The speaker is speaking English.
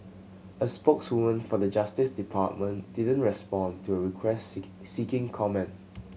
a spokeswoman for the Justice Department didn't respond to a request seek seeking comment